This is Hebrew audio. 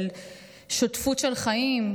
של שותפות של חיים,